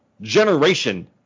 generation